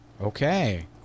okay